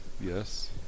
Yes